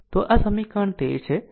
તો આ સમીકરણ 13 છે